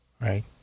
right